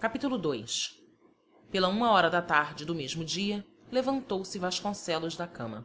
capítulo ii pela uma hora da tarde do mesmo dia levantou-se vasconcelos da cama